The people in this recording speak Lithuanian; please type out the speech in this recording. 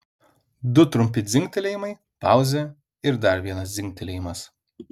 du trumpi dzingtelėjimai pauzė ir dar vienas dzingtelėjimas